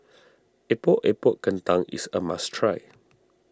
Epok Epok Kentang is a must try